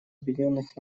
объединенных